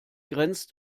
grenzt